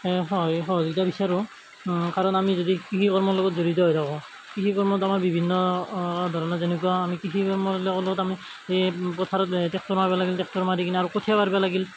সহায় সহযোগিতা বিচাৰোঁ কাৰণ আমি যদি কৃষি কৰ্মৰ লগত জড়িত হৈ থাকো কৃষি কৰ্মত আমাৰ বিভিন্ন ধৰণৰ যেনেকুৱা আমি কৃষি কৰ্মবিলাকৰ লগত আমি সেই পথাৰত ট্ৰেক্টৰ মাৰবা লাগিল ট্ৰেক্টৰ মাৰি কিনে আৰু কঠীয়া পাৰবা লাগিল